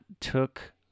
took